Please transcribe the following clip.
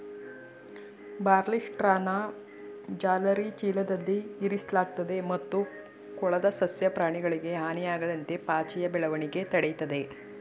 ಬಾರ್ಲಿಸ್ಟ್ರಾನ ಜಾಲರಿ ಚೀಲದಲ್ಲಿ ಇರಿಸಲಾಗ್ತದೆ ಮತ್ತು ಕೊಳದ ಸಸ್ಯ ಪ್ರಾಣಿಗಳಿಗೆ ಹಾನಿಯಾಗದಂತೆ ಪಾಚಿಯ ಬೆಳವಣಿಗೆ ತಡಿತದೆ